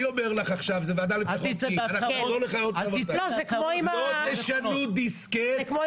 אם לא תשנו דיסקט זה לא יקרה.